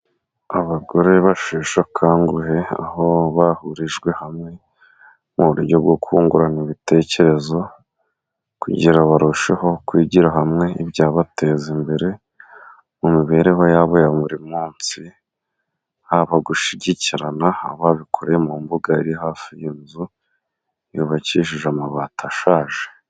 Abagore basheshe akanguhe aho bahurijwe hamwe mu buryo bwo kungurana ibitekerezo kugira barusheho kwigira hamwe ibyabateza imbere mu mibereho yabo ya buri munsi, haba gushyigikirana, aho babikoreye mu mbuga iri hafi y'inzu yubakishije amabati ashaje.